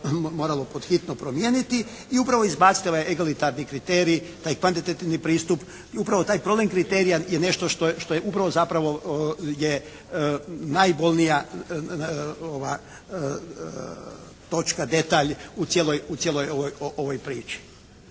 moralo pod hitno promijeniti i upravo izbaciti ovaj egolitarni kriterij, taj kvantitetni pristup i upravo taj problem kriterija je nešto što je upravo, zapravo je najbolnija točka, detalj u cijeloj ovoj priči,